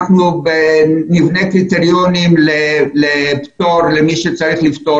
נבנה קריטריונים לפטור למי שצריך לפטור